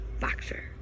boxer